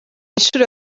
inshuro